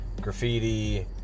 graffiti